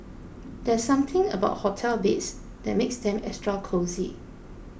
there's something about hotel beds that makes them extra cosy